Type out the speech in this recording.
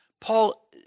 Paul